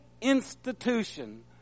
institution